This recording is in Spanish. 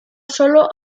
solo